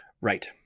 right